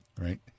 Right